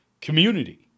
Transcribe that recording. community